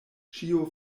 ĉio